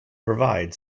provide